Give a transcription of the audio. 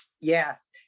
yes